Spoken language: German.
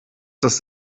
dass